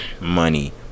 money